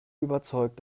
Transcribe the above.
überzeugt